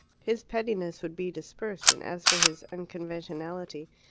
his pettiness would be dispersed, and as for his unconventionality,